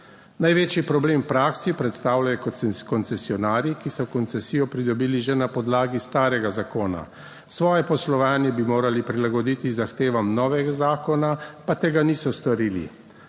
Največji problem v praksi predstavljajo koncesionarji, ki so koncesijo pridobili že na podlagi starega zakona; svoje poslovanje bi morali prilagoditi zahtevam novega zakona, pa tega niso storili.